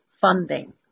funding